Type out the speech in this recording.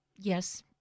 Yes